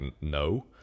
no